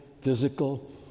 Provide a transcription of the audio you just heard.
physical